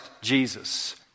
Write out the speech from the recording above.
Jesus